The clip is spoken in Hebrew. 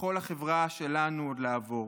לכל החברה שלנו, עוד לעבור.